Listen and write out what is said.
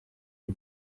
y’u